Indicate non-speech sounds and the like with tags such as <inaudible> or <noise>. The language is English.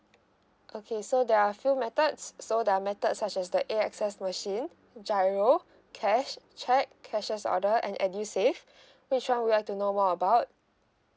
okay so there are a few methods so there are methods such as like A_S_X machine GIRO cash cheque cashiers order and edusave <breath> which one would like to know more about